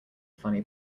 funny